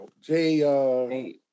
Jay